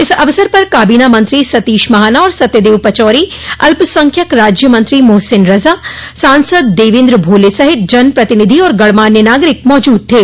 इस अवसर पर काबीना मंत्री सतीश महाना और सत्यदेव पचौरी अल्पसंख्यक राज्य मंत्री मोहसिन रजा सांसद देवेन्द्र भोले सहित जन प्रतिनिधि और गणमान्य नागरिक मौजूद थे